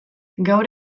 gaur